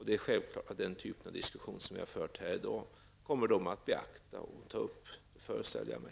Det är självklart att den kommer att beakta och ta upp den typ av diskussion som vi har fört här i dag. Det föreställer jag mig.